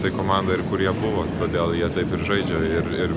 tai komanda ir kur jie buvo todėl jie taip ir žaidžia ir ir